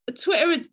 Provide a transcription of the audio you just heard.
Twitter